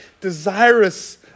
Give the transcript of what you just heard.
desirous